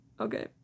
Okay